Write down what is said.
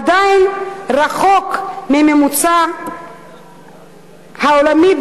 עדיין רחוק מהממוצע העולמי,